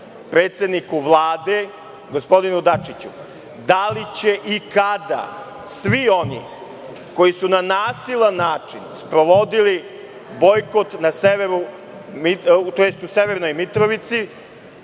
predsedniku Vlade, gospodinu Dačiću – da li će i kada svi oni koji su na nasilan način sprovodili bojkot u severnoj Mitrovici,